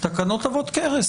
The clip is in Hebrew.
תקנות עבות כרס,